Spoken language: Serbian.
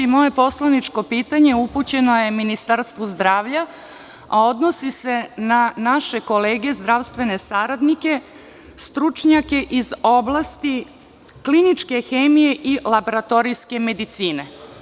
Moje poslaničko pitanje je upućeno Ministarstvu zdravlja, a odnosi se na naše kolege zdravstvene saradnike, stručnjake iz oblasti kliničke hemije i laboratorijske medicine.